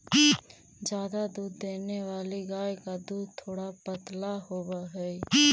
ज्यादा दूध देने वाली गाय का दूध थोड़ा पतला होवअ हई